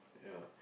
yeah